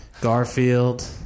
Garfield